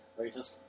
Racist